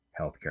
healthcare